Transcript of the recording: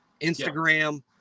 Instagram